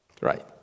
Right